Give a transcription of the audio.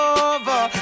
over